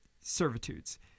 servitudes